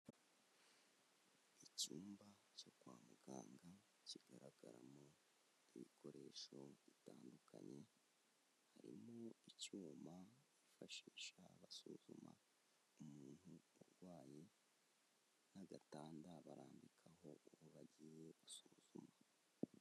Icyumba cyo kwa muganga kigaragaramo ibikoresho bitandukanye, harimo icyuma bifashisha basuzuma umuntu urwaye n'agatanda barambikaho uwo bagiye gusuzuma.